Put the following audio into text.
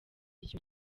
ico